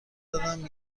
دارم